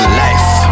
life